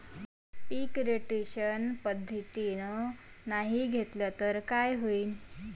पीक rotation पद्धतीनं नाही घेतलं तर काय होईन?